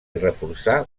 reforçar